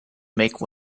make